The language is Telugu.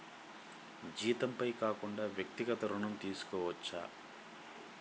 జీతంపై కాకుండా వ్యక్తిగత ఋణం తీసుకోవచ్చా?